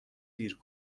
دیر